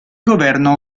governo